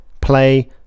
play